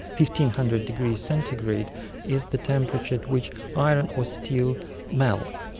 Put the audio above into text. fifteen-hundred degrees centigrade is the temperature at which iron or steel melts.